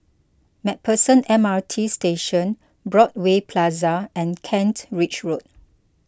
MacPherson M R T Station Broadway Plaza and Kent Ridge Road